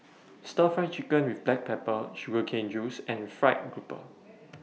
Stir Fry Chicken with Black Pepper Sugar Cane Juice and Fried Grouper